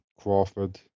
Crawford